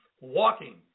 walking